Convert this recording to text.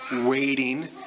Waiting